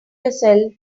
yourself